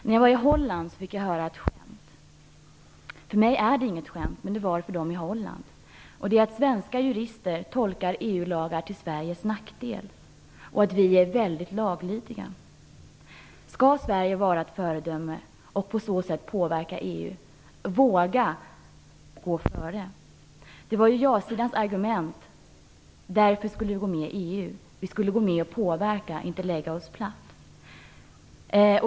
När jag var i Holland fick jag höra ett skämt - för mig är det inget skämt men det är det för dem i Holland - om att svenska jurister tolkar EU-lagar till Sveriges nackdel och att vi är väldigt laglydiga. Skall Sverige vara ett föredöme och på så sätt påverka EU, våga gå före? Det var ju ja-sidans argument för att vi skulle gå med i EU - vi skulle gå med och påverka, inte lägga oss platt.